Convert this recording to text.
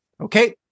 okay